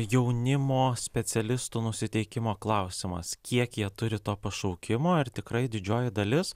jaunimo specialistų nusiteikimo klausimas kiek jie turi to pašaukimo ir tikrai didžioji dalis